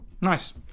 Nice